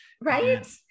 Right